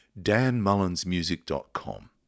danmullinsmusic.com